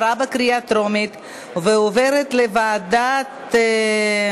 לוועדה שתקבע ועדת הכנסת התקבלה.